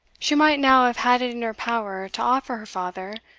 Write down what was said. she might now have had it in her power to offer her father,